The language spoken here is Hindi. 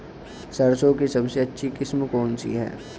सरसों की सबसे अच्छी किस्म कौन सी है?